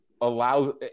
allows